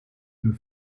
für